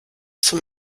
zum